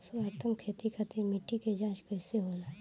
सर्वोत्तम खेती खातिर मिट्टी के जाँच कइसे होला?